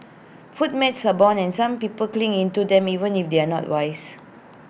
food myths abound and some people cling into them even if they are not wise